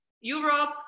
Europe